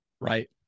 right